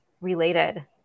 related